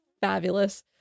Fabulous